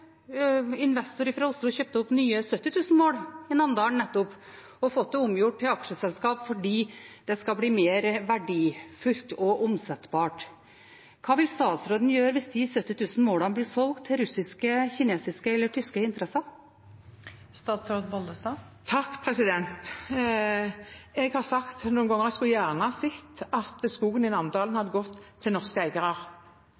investor, fra Oslo, nettopp kjøpt opp nye 70 000 mål i Namdalen og fått det omgjort til aksjeselskap fordi det skal bli mer verdifullt og omsettbart. Hva vil statsråden gjøre hvis de 70 000 målene blir solgt til russiske, kinesiske eller tyske interesser? Jeg har sagt noen ganger at jeg gjerne skulle sett at skogen i Namdalen